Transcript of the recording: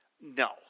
No